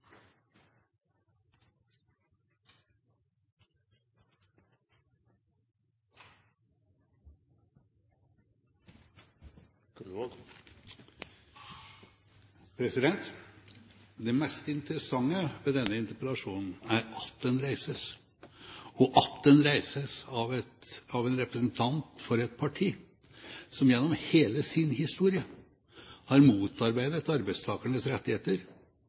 at den reises, og at den reises av en representant for et parti som gjennom hele sin historie har motarbeidet arbeidstakernes rettigheter,